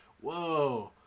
whoa